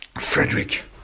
Frederick